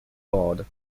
board